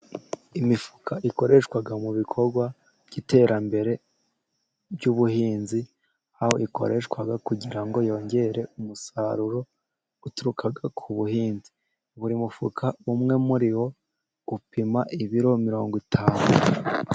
Imifuka ikoreshwa mu bikorwa by'iterambere ry'ubuhinzi, aho ikoreshwa kugira ngo yongere umusaruro uturuka ku buhinzi. Buri mufuka umwe muri yo, upima ibiro mirongo itanu.